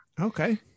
okay